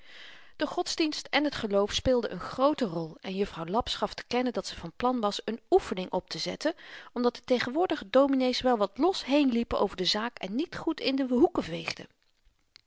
de godsdienst en t geloof speelden n groote rol en juffrouw laps gaf te kennen dat ze van plan was n oefening optezetten omdat de tegenwoordige dominees wel wat los heenliepen over de zaak en niet goed in de hoeken